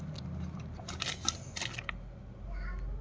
ನನ್ನ ಸಿಬಿಲ್ ಸ್ಕೋರ್ ಆರನೂರ ಐವತ್ತು ಅದರೇ ನನಗೆ ಸಾಲ ಸಿಗಬಹುದೇನ್ರಿ?